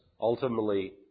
ultimately